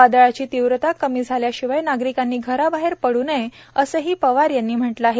वादळाची तीव्रता कमी झाल्याशिवाय नागरिकांनी घराबाहेर पड् नये असंही पवार यांनी म्हटल्याचं म्हटलं आहे